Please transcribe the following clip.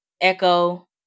Echo